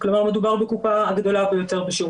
כלומר מדובר בקופה הגדולה ביותר בשיעור